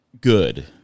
good